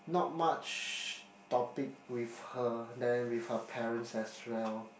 not much topic with her then with her parents as well